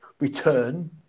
return